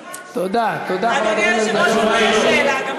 כל מה שלא יעלה על הדעת עולה על הדעת.